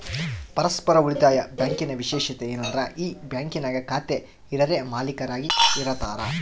ಪರಸ್ಪರ ಉಳಿತಾಯ ಬ್ಯಾಂಕಿನ ವಿಶೇಷತೆ ಏನಂದ್ರ ಈ ಬ್ಯಾಂಕಿನಾಗ ಖಾತೆ ಇರರೇ ಮಾಲೀಕರಾಗಿ ಇರತಾರ